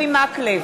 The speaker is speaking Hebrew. נגד